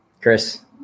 Chris